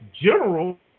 general